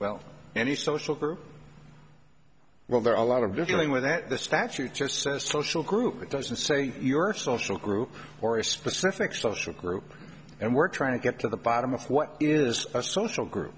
well any social group well there are a lot of just going with that the statute just says social group it doesn't say your social group or a specific social group and we're trying to get to the bottom of what it is a social group